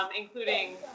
including